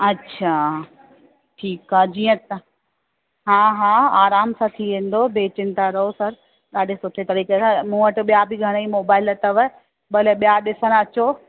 अच्छा ठीकु आहे जीअं तव्हां हा हा आराम सां थी वेंदो बे चिंता रहो सर ॾाढे सुठे तरीक़े सां मूं वटि ॿिया बि घणे ई मोबाइल अथव भले ॿिया ॾिसणु अचो